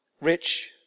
rich